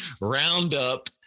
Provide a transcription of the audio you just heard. Roundup